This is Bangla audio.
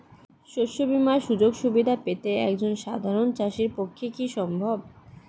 শস্য বীমার সুযোগ সুবিধা পেতে একজন সাধারন চাষির পক্ষে কি সম্ভব?